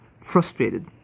frustrated